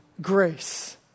grace